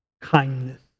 kindness